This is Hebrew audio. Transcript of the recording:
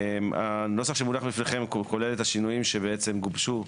הנוסח שמונח בפניכם כולל את השינויים שגובשו,